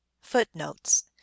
FOOTNOTES